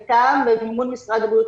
מטעם ובמימון משרד הבריאות,